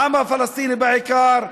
העם הפלסטיני בעיקר,